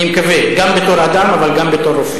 אני מקווה, גם בתור אדם, אבל גם בתור רופא.